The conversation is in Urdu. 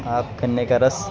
آپ گنّے کا رس